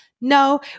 No